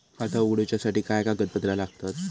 खाता उगडूच्यासाठी काय कागदपत्रा लागतत?